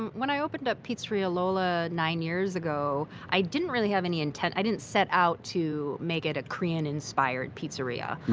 and when i opened up pizzeria lola nine years ago, i didn't really have any intent. i didn't set out to make it a korean inspired pizzeria.